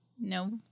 No